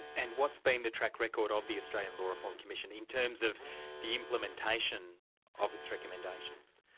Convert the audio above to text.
and what's been the track record of the australian law reform commission in terms of the implementation of its recommendations?